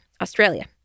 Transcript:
Australia